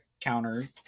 counter